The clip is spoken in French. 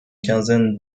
quinzaine